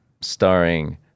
starring